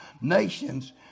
nations